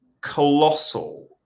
colossal